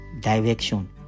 direction